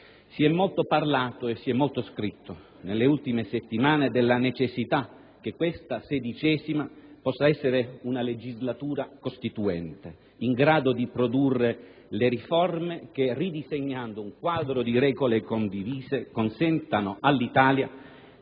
Si è molto parlato e molto scritto, nelle ultime settimane, della necessità che questa XVI possa essere una legislatura costituente, in grado di produrre le riforme che, ridisegnando un quadro di regole condivise, consentano all'Italia